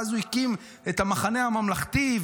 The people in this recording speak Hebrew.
ואז הוא הקים את המחנה הממלכתי,